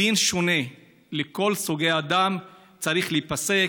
הדין השונה לסוגי אדם, צריך להיפסק.